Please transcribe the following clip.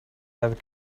have